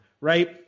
right